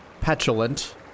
petulant